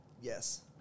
Yes